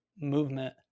movement